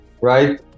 right